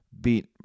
beat